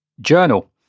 journal